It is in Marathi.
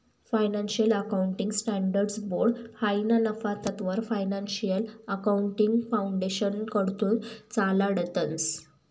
फायनान्शियल अकाउंटिंग स्टँडर्ड्स बोर्ड हायी ना नफा तत्ववर फायनान्शियल अकाउंटिंग फाउंडेशनकडथून चालाडतंस